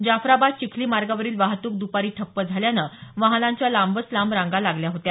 जाफराबाद चिखली मार्गावरील वाहतूक दुपारी ठप्प झाल्यानं वाहनांच्या लांबच लांब रांगा लागल्या होत्या